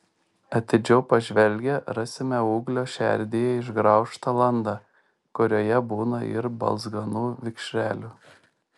atidžiau pažvelgę rasime ūglio šerdyje išgraužtą landą kurioje būna ir balzganų vikšrelių